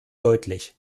deutlich